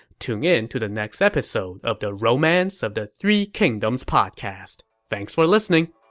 tune in to the next episode of the romance of the three kingdoms podcast. thanks for listening!